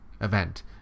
event